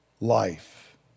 life